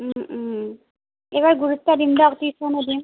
এইবাৰ গুৰুত্ব দিম দিয়ক টিউশ্যনো দিম